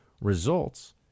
results